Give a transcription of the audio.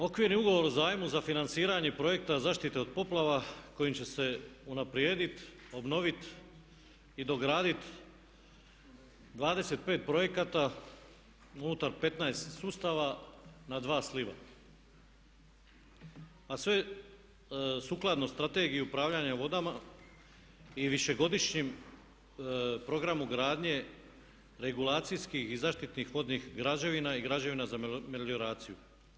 Okvirni ugovor o zajmu za financiranje projekta zaštite od poplava kojim će se unaprijediti, obnovit i dogradit 25 projekata unutar 15 sustava na dva sliva a sve sukladno Strategiji upravljanja vodama i višegodišnjim programu gradnje regulacijskih i zaštitnih vodnih građevina i građevina za melioraciju.